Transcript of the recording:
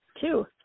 two